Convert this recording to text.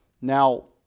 Now